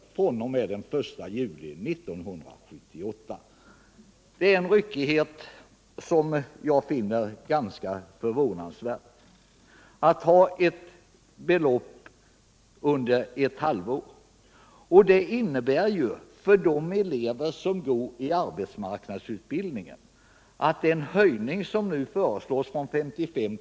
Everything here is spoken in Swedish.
fr.o.m. den 1 juli 1978. Att ändra beloppet efter ett halvår är en ryckighet som jag finner ganska förvånansvärd. För de elever som går på arbetsmarknadsutbildning innebär den höjning som föreslås, från 55 kr.